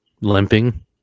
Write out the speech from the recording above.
limping